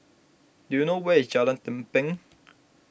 do you know where is Jalan Lempeng